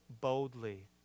boldly